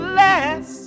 less